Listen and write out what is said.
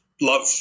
love